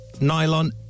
nylon